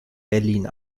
berlin